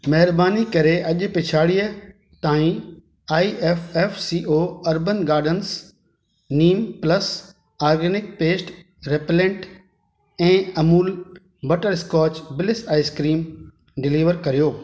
महिरबानी करे अॼु पिछाड़ीअ ताईं I F F C O urban gardens neem plus organic pest repeller ऐं Amul butterscotch bliss ice cream deliver करियो